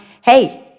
hey